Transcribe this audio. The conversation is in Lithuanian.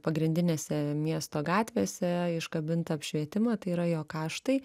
pagrindinėse miesto gatvėse iškabinta apšvietimą tai yra jo kaštai